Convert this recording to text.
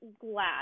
glad